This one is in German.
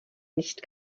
nicht